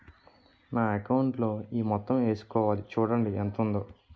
నా అకౌంటులో ఈ మొత్తం ఏసుకోవాలి చూడండి ఎంత ఉందో